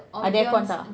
ada air-con tak